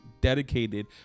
dedicated